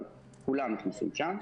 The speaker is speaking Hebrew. אבל כולם נכנסים שם.